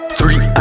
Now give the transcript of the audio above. Three